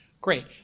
Great